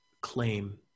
claim